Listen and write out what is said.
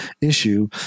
issue